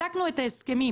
בדקנו את ההסכמים.